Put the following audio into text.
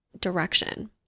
direction